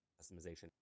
customization